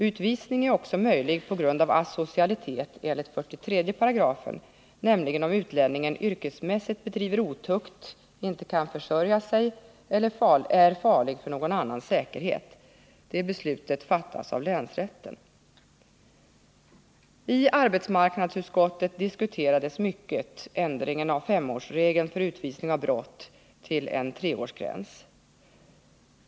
Utvisning är också möjlig på grund av asocialitet enligt 43 §, nämligen om utlänningen yrkesmässigt bedriver otukt, inte kan försörja sig eller är farlig för någon annans säkerhet. Detta beslut fattas av länsrätten. I arbetsmarknadsutskottet diskuterades mycket ändringen från fem till tre år när det gäller regeln vid utvisning på grund av brott.